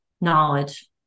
knowledge